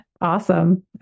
Awesome